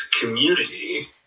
community